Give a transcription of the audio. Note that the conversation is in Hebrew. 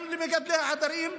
גם למגדלי העדרים,